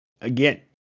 again